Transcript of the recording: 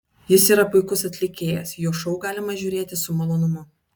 jis yra puikus atlikėjas jo šou galima žiūrėti su malonumu